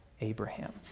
Abraham